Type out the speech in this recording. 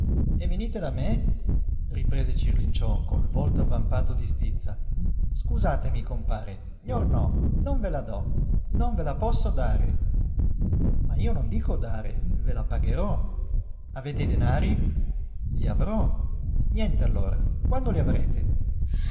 e venite da me riprese cirlinciò col volto avvampato di stizza scusatemi compare gnornò non ve la do non ve la posso dare ma io non dico dare ve la pagherò avete i denari i avrò niente allora quando li avrete